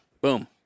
Boom